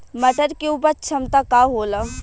मटर के उपज क्षमता का होला?